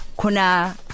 kuna